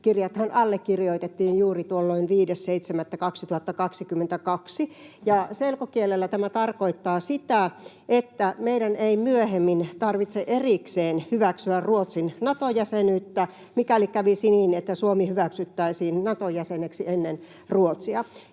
allekirjoitettiin juuri tuolloin 5.7.2022, ja selkokielellä tämä tarkoittaa sitä, että meidän ei myöhemmin tarvitse erikseen hyväksyä Ruotsin Nato-jäsenyyttä, mikäli kävisi niin, että Suomi hyväksyttäisiin Nato-jäseneksi ennen Ruotsia.